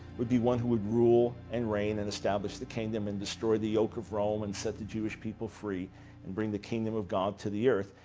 would be one who would rule and reign, and establish the kingdom and destroy the yoke of rome, and set the jewish people free and bring the kingdom of god to the earth.